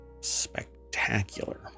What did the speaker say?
spectacular